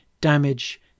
damage